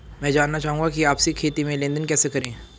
मैं जानना चाहूँगा कि आपसी खाते में लेनदेन कैसे करें?